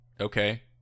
okay